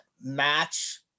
match